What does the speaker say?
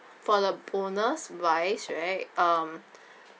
for the bonus wise right um